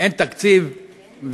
אין תקציב,